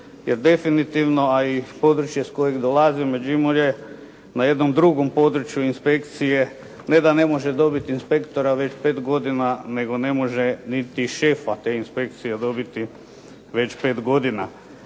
jer definitivno a i područje s kojeg dolazim, Međimurje na jednom drugom području inspekcije ne da ne može dobiti inspektora već 5 godina nego ne može niti šefa te inspekcije dobiti već 5 godina.